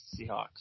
Seahawks